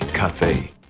Cafe